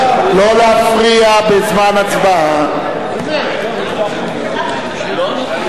העברת טופס 17 ישירות בין קופת-החולים לנותן שירותים),